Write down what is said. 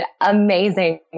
amazing